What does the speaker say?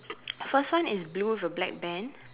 first one is blue with a black band